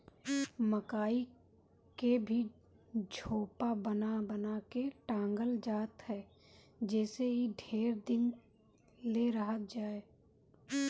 मकई के भी झोपा बना बना के टांगल जात ह जेसे इ ढेर दिन ले रहत जाए